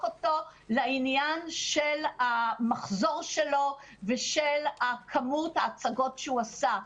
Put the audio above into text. אותו לעניין של המחזור שלו ושל כמות ההצגות שהוא עושה.